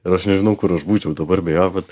ir aš nežinau kur aš būčiau dabar be jo bet